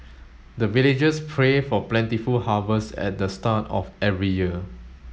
the villagers pray for plentiful harvest at the start of every year